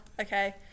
Okay